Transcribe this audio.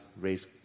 raise